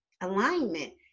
alignment